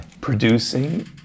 producing